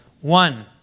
One